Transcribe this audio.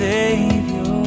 Savior